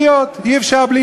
איך קראנו